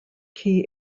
key